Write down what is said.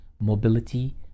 mobility